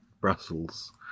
Brussels